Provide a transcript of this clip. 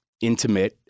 intimate